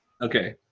Okay